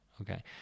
okay